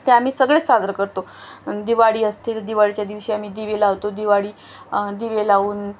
ते आम्ही सगळेच साजरं करतो दिवाळी असतील दिवाळीच्या दिवशी आम्ही दिवे लावतो दिवाळी दिवे लावून